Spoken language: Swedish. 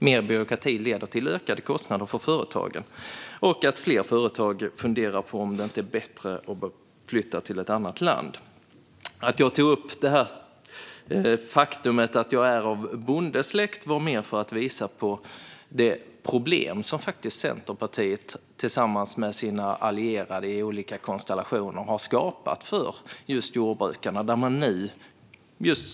Mer byråkrati leder till ökade kostnader för företagen och till att fler företag funderar på om det inte är bättre att flytta till ett annat land. Jag tog upp det faktum att jag är av bondesläkt för att visa på det problem som Centerpartiet tillsammans med sina allierade i olika konstellationer har skapat för just jordbrukarna.